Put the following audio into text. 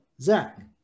Zach